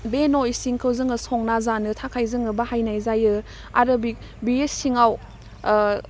बे न' इसिंखौ जोङो संना जानो थाखाय जोङो बाहायनाय जायो आरो सिङाव ओह